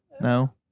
No